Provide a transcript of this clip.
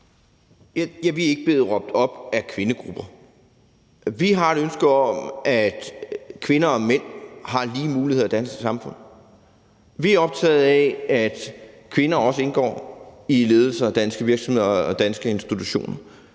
Vi er ikke blevet råbt op af kvindegrupper. Vi har et ønske om, at kvinder og mænd har lige muligheder i det danske samfund. Vi er optaget af, at kvinder også indgår i ledelsen af danske virksomheder og danske institutioner.